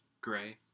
gray